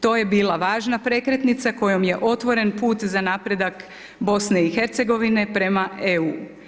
To je bila važna prekretnica kojom je otvoren put za napredak BiH-a prema EU.